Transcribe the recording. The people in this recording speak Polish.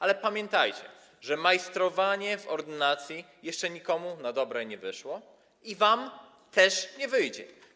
Ale pamiętajcie, że majstrowanie w ordynacji jeszcze nikomu na dobre nie wyszło i wam też nie wyjdzie.